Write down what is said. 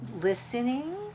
listening